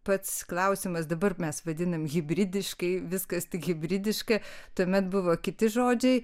pats klausimas dabar mes vadinam hibridiškai viskas tik hibridiška tuomet buvo kiti žodžiai